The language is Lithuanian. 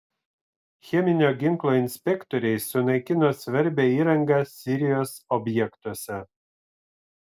cheminio ginklo inspektoriai sunaikino svarbią įrangą sirijos objektuose